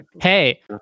Hey